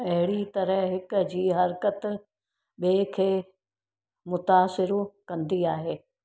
अहिड़ी तरह हिक जी हरकत ॿिए खे मुतासिरु कंदी आहे